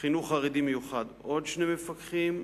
חינוך חרדי מיוחד, עוד שני מפקחים,